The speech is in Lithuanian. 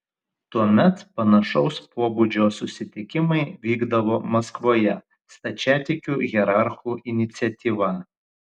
tuomet panašaus pobūdžio susitikimai vykdavo maskvoje stačiatikių hierarchų iniciatyva